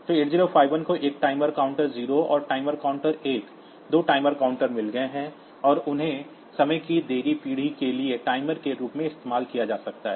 तो 8051 को एक टाइमर काउंटर 0 और टाइमर काउंटर 1 दो टाइमर काउंटर मिल गए हैं और उन्हें समय की देरी पीढ़ी के लिए टाइमर के रूप में इस्तेमाल किया जा सकता है